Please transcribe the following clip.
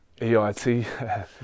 EIT